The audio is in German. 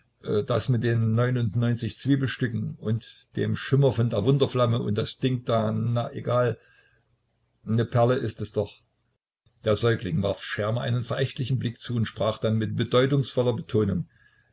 das mit den neunundneunzig zwiebelstücken und dem schimmer von der wunderflamme und das dings da na egal ne perle ist es doch der säugling warf schermer einen verächtlichen blick zu und sprach dann mit bedeutungsvoller betonung